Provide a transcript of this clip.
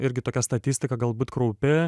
irgi tokia statistika galbūt kraupi